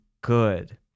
good